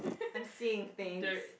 I'm seeing things